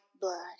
blood